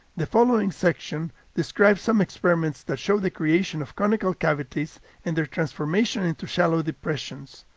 the following section describes some experiments that show the creation of conical cavities and their transformation into shallow depressions.